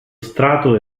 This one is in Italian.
strato